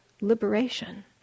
liberation